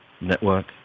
network